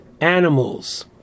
animals